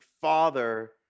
father